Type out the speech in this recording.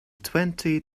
twenty